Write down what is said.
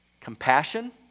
compassion